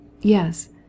Yes